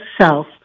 self